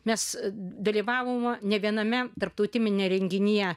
mes dalyvavome ne viename tarptautiniame renginyje